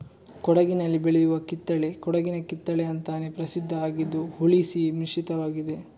ಕೊಡಗಿನಲ್ಲಿ ಬೆಳೆಯುವ ಕಿತ್ತಳೆ ಕೊಡಗಿನ ಕಿತ್ತಳೆ ಅಂತಾನೇ ಪ್ರಸಿದ್ಧ ಆಗಿದ್ದು ಹುಳಿ ಸಿಹಿ ಮಿಶ್ರಿತವಾಗಿರ್ತದೆ